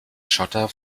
schotter